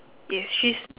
yes she's